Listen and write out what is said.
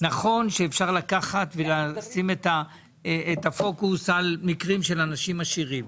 זה נכון שאפשר לשים את הפוקוס על מקרים של אנשים אחרים,